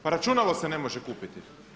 Pa računalo se ne može kupiti.